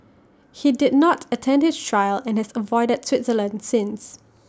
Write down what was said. he did not attend his trial and has avoided Switzerland since